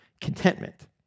contentment